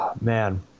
Man